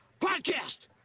Podcast